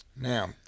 Now